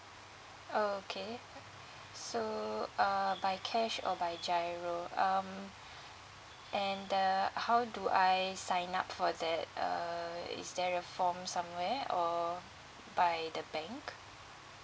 oh okay uh so uh by cash or by G_I_R_O um and uh how do I sign up for that err is there a form somewhere or by the bank